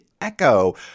echo